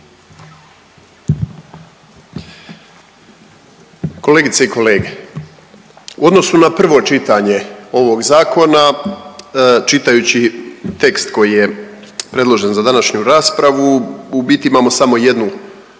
Kolegice i kolege. U odnosu na prvo čitanje ovog Zakona, čitajući tekst koji je predložen za današnju raspravu, u biti imamo samo jednu